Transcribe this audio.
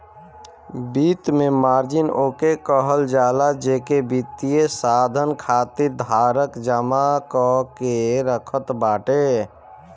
वित्त में मार्जिन ओके कहल जाला जेके वित्तीय साधन खातिर धारक जमा कअ के रखत बाटे